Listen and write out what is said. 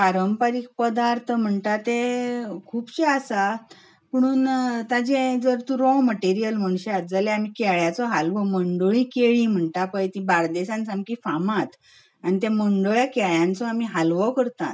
पारंपारीक पदार्थ म्हणटा ते खुबशे आसा पुणून ताजें जर तूं रॉ मटिरियल म्हणशात जाल्यार केळ्याचो हालवो मंडोळी केळीं म्हणटात पळय तीं बार्देशांत सारकीं फामाद आनी त्या मंडोळ्या केळ्यांचो आमी हालवो करतात